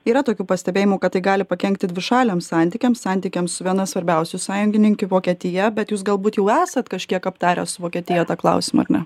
yra tokių pastebėjimų kad tai gali pakenkti dvišaliams santykiams santykiams su viena svarbiausių sąjungininkių vokietija bet jūs galbūt jau esat kažkiek aptarę su vokietija tą klausimą ar ne